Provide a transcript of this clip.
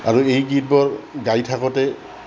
আৰু এই গীতবোৰ গাই থাকোঁতে